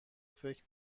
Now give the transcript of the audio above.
فکر